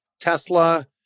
Tesla